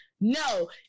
No